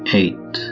eight